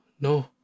no